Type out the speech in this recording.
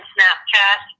Snapchat